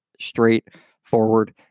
straightforward